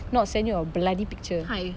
not send you a bloody picture